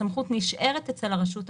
הסמכות נשארת אצל הרשות המקומית.